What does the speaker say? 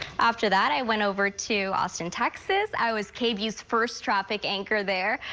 after that i went over to austin, texas, i was kb's first traffic anchor there.